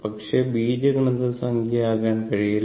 പക്ഷേ ബീജഗണിത സംഖ്യ ആകാൻ കഴിയില്ല